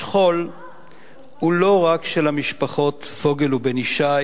השכול אינו רק של המשפחות פוגל ובן-ישי